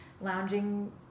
lounging